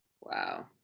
Wow